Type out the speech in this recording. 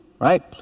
right